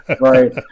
Right